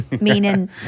Meaning